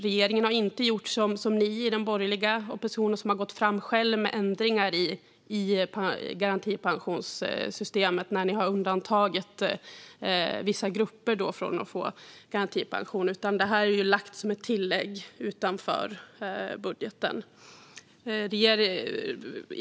Regeringen har inte gjort som ni i den borgerliga oppositionen, som har gått fram själva med ändringar i garantipensionssystemet när ni har undantagit vissa grupper från garantipension. Det här är i stället lagt som ett tillägg utanför budgeten.